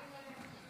התשפ"ה